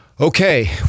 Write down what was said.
Okay